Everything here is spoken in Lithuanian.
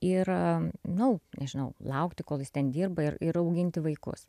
ir nu nežinau laukti kol jis ten dirba ir ir auginti vaikus